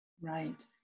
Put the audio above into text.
Right